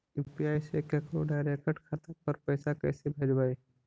UPI से केकरो direct खाता पर पैसा कैसे भेजबै?